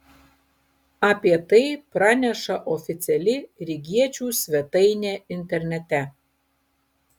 apie tai praneša oficiali rygiečių svetainė internete